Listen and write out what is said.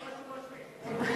מה רשום על שמי?